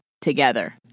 together